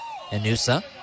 Anusa